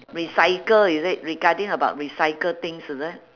recycle is it regarding about recycle things is it